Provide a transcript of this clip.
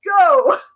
go